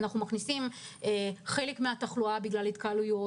אנחנו מכניסים חלק מהתחלואה בגלל התקהלויות